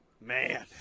Man